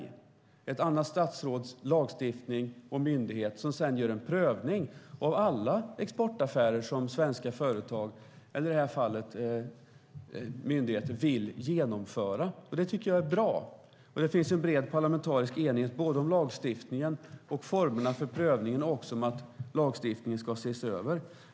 Det är ett annat statsråds lagstiftning och myndighet som sedan gör en prövning av alla exportaffärer som svenska företag eller, i det här fallet, myndigheter vill genomföra. Det tycker jag är bra. Och det finns en bred parlamentarisk enighet om både lagstiftningen och formerna för prövningen och också om att lagstiftningen ska ses över.